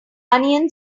onion